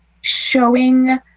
showing